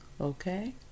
okay